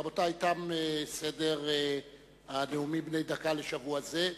רבותי, תם סדר הנאומים בני דקה לשבוע זה.